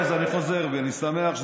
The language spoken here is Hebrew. תחזור בך.